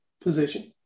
position